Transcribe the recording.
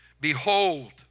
Behold